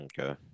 Okay